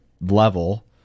level